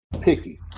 picky